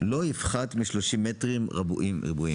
לא יפחת מ-30 מטרים רבועים.